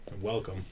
Welcome